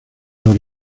los